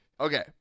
Okay